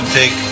take